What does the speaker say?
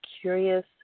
curious